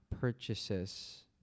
purchases